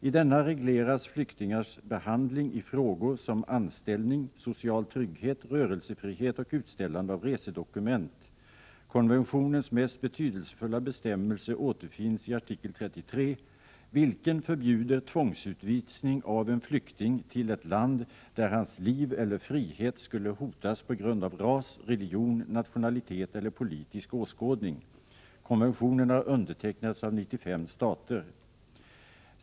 I denna regleras flyktingars behandling i frågor som anställning, social trygghet, rörelsefrihet och utställande av resedokument. Konventionens mest betydelsefulla bestämmelse återfinns i Artikel 33, vilken förbjuder tvångsutvisning av en flykting till ett land där hans liv eller frihet skulle hotas på grund av ras, religion, nationalitet eller politisk åskådning. Konventionen har undertecknats av 95 stater.